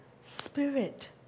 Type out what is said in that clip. spirit